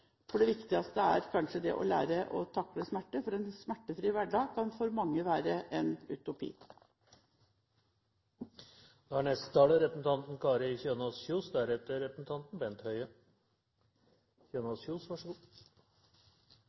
enkelte. Det viktigste er kanskje det å lære å takle smerte, for en smertefri hverdag kan for mange være en utopi. Kronisk smerte rammer rundt 30 pst. av den voksne befolkningen og er